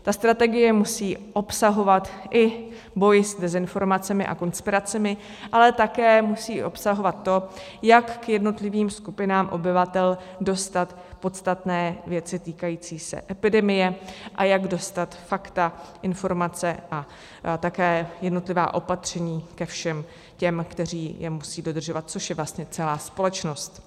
Ta strategie musí obsahovat i boj s dezinformacemi a konspiracemi, ale také musí obsahovat to, jak k jednotlivým skupinám obyvatel dostat podstatné věci týkající se epidemie a jak dostat fakta, informace a také jednotlivá opatření ke všem těm, kteří je musí dodržovat, což je vlastně celá společnost.